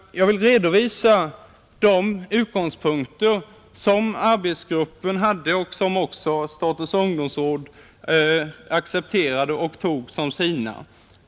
Jag vill redovisa de utgångspunkter som arbetsgruppen hade och som också statens ungdomsråd accepterade och tog som sina.